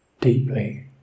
Deeply